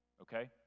okay